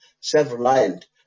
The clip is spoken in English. self-reliant